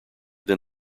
than